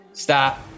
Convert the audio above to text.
stop